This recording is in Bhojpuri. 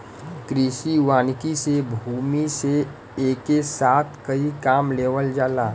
कृषि वानिकी से भूमि से एके साथ कई काम लेवल जाला